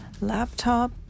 laptop